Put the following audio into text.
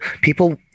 People